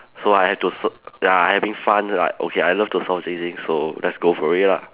so I had to s~ ya having fun like okay I love to solve this thing so let's go for it lah